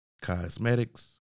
cosmetics